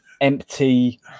empty